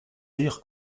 dire